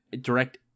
direct